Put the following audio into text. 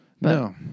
No